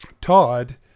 Todd